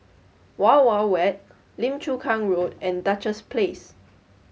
Wild Wild Wet Lim Chu Kang Road and Duchess Place